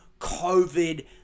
COVID